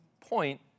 point